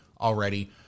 already